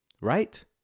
Right